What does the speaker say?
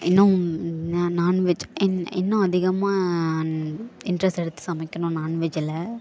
இன்னும் நான் நான்வெஜ் இன் இன்னும் அதிகமாக இன்ட்ரெஸ்ட் எடுத்து சமைக்கணும் நான்வெஜ்ஜில்